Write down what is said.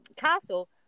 castle